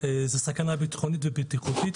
זו סכנה ביטחונית ובטיחותית,